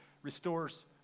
Restores